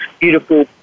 beautiful